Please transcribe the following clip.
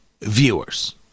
viewers